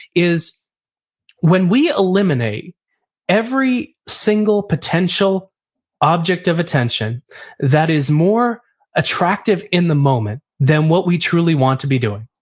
is when we eliminate every single potential object of attention that is more attractive in the moment than what we truly want to be doing,